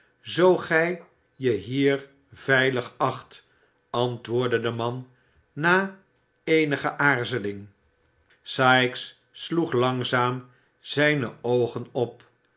zoo gij je hier veilig acht antwoordde de man na eenige aarzeling sikes sloeg langzaam zijne oogen op